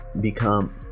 become